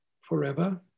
forever